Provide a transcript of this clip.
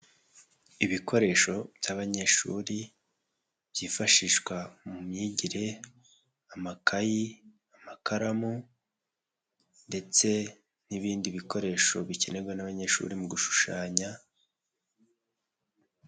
Ibikoresho by'abanyeshuri, byifashishwa mu myigire, amakayi, amakaramu ndetse n'ibindi bikoresho bikenerwa n'abanyeshuri mu gushushanya.